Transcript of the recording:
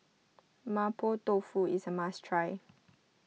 Mapo Tofu is a must try